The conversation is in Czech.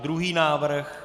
Druhý návrh.